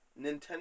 nintendo